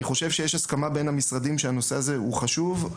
אני חושב שיש הסכמה בין המשרדים שהנושא הזה הוא חשוב,